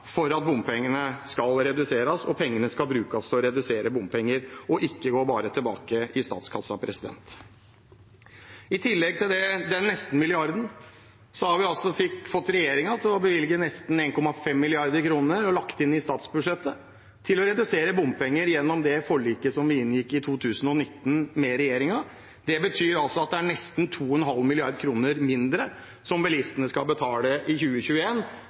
for at bompengene skal reduseres, og at pengene skal brukes til å redusere bompengene, og ikke bare gå tilbake i statskassen. I tillegg til nesten én milliard har vi over statsbudsjettet fått regjeringen til å bevilge nesten 1,5 mrd. kr til å redusere bompenger gjennom det forliket vi inngikk i 2019 med regjeringen. Det betyr at bilistene må betale nesten 2,5 mrd. kr mindre